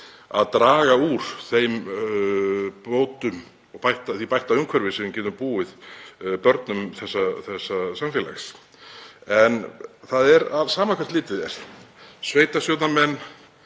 að draga úr þeim bótum, því bætta umhverfi sem við getum búið börnum þessa samfélags. En það er sama hvert litið er. Sveitarstjórnarmenn